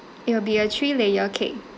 it will be a three layer cake